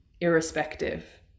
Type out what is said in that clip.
irrespective